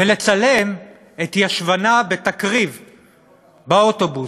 ולצלם את ישבנה בתקריב באוטובוס.